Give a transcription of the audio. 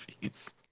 movies